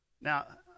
Now